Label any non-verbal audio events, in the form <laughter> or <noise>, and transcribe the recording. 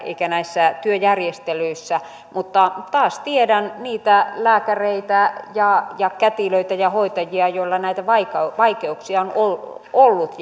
eikä näissä työjärjestelyissä mutta tiedän taas niitä lääkäreitä ja ja kätilöitä ja hoitajia joilla näitä vaikeuksia vaikeuksia on on ollut <unintelligible>